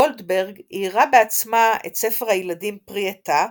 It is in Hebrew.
גולדברג איירה בעצמה את ספר הילדים פרי עטה,